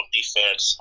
defense